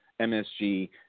MSG